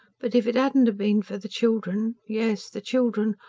but. if it adn't been for the children. yes, the children.